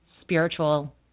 spiritual